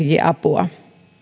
apua